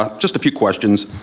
um just a few questions.